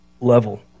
level